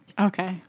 Okay